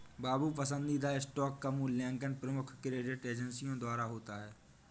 बाबू पसंदीदा स्टॉक का मूल्यांकन प्रमुख क्रेडिट एजेंसी द्वारा होता है